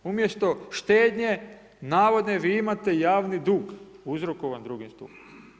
Umjesto štednje, navodne vi imate javni dug, uzrokovan drugim stupom.